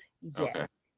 Yes